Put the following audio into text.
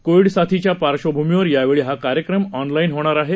Covid साथीच्या पार्श्वभूमीवर यावेळी हा कार्यक्रम ऑनलाईन होणार आहे